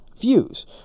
views